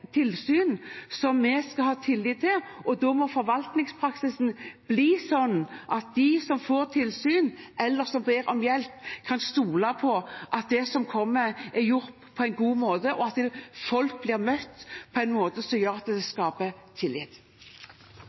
tilsyn som vi har tillit til. Da må forvaltningspraksisen bli slik at de som får tilsyn eller ber om hjelp, kan stole på at det som kommer, er gjort på en god måte, og at folk blir møtt på en måte som gjør at det skapes tillit.